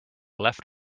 left